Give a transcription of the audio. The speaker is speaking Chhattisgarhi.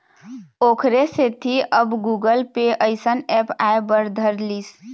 ओखरे सेती अब गुगल पे अइसन ऐप आय बर धर लिस